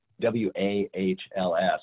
W-A-H-L-S